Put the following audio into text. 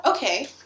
Okay